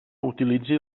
utilitzi